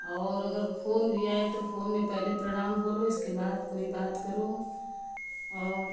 और अगर फ़ोन भी आए तो फ़ोन में पहले प्रणाम बोलो इसके बाद कोई बात करो और